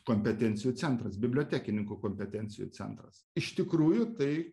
kompetencijų centras bibliotekininkų kompetencijų centras iš tikrųjų tai